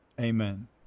amen